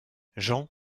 jean